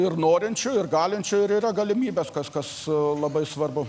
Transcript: ir norinčių ir galinčių ir yra galimybės kas kas labai svarbu